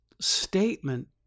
statement